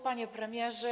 Panie Premierze!